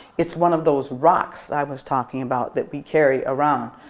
it's one of those rocks that i was talking about that we carry around,